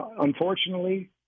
unfortunately